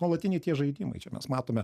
nuolatiniai tie žaidimai čia mes matome